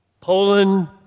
Poland